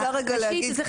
ראשית,